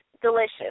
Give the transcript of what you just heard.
delicious